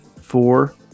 four